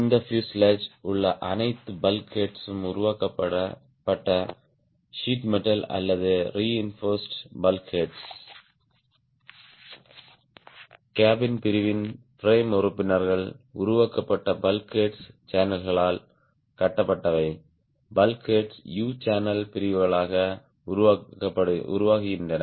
இந்த பியூசேலாஜ் உள்ள அனைத்து பல்க் ஹெர்ட்ஸ் உருவாக்கப்பட்ட சீட் மெட்டல் அல்லது ரெயின்போர்ஸ்ட் பல்க் ஹெர்ட்ஸ் கேபின் பிரிவின் பிரேம் உறுப்பினர்கள் உருவாக்கப்பட்ட பல்க் ஹெர்ட்ஸ் சேனல்களால் கட்டப்பட்டவை பல்க் ஹெர்ட்ஸ் U சேனல் பிரிவுகளாக உருவாகின்றன